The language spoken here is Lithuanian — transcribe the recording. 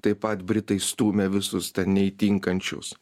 taip pat britai stūmė visus ten neįtinkančius